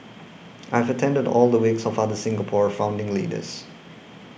I have attended all the wakes of other Singapore founding leaders